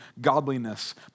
godliness